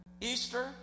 Easter